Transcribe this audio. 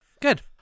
Good